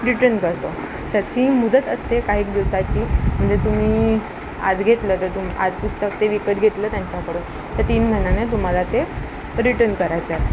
return करतो त्याची मुदत असते काही दिवसाची म्हणजे तुम्ही आज घेतलं तर तुम आज पुस्तक ते विकत घेतलं त्यांच्याकडून तर तीन महिन्याने तुम्हाला ते रिटन करायचं आहे